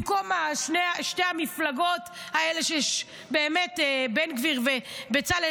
במקום שתי המפלגות האלה של בן גביר ובצלאל,